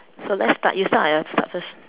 so let's start you start or I start first